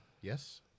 Yes